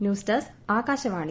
news desk Akashvani